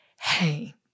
hey